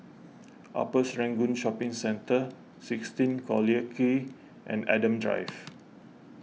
Upper Serangoon Shopping Centre sixteen Collyer Quay and Adam Drive